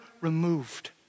removed